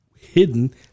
hidden